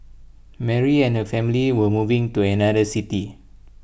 Mary and her family were moving to another city